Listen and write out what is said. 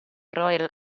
royal